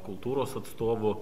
kultūros atstovų